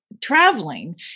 traveling